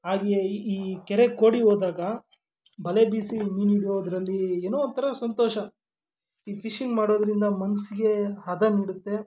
ಹಾಗೆಯೇ ಈ ಈ ಕೆರೆ ಕೋಡಿಗೆ ಹೋದಾಗ ಬಲೆ ಬೀಸಿ ಮೀನು ಹಿಡಿಯೋದರಲ್ಲಿ ಏನೋ ಒಂಥರ ಸಂತೋಷ ಈ ಫಿಶಿಂಗ್ ಮಾಡೋದರಿಂದ ಮನಸ್ಸಿಗೆ ಹದ ನೀಡುತ್ತೆ